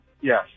Yes